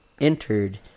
entered